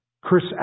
Chris